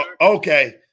okay